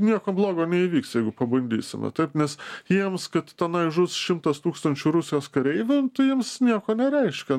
nieko blogo neįvyks jeigu pabandysime taip nes jiems kad tenai žus šimtas tūkstančių rusijos kareivių jiems nieko nereiškia